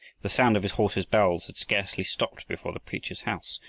the sound of his horse's bells had scarcely stopped before the preacher's house,